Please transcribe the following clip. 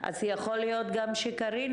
אבל אני מאוד מבקשת,